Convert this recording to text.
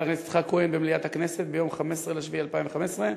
הכנסת יצחק כהן במליאת הכנסת ביום 15 ביולי 2015,